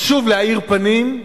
חשוב להאיר פנים,